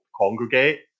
congregate